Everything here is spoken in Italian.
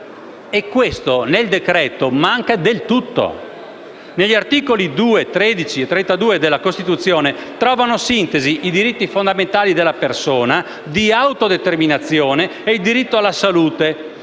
E questo nel decreto-legge manca del tutto. Negli articoli 2, 13 e 32 della Costituzione trovano sintesi i diritti fondamentali della persona di autodeterminazione e il diritto alla salute.